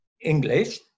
English